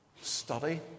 study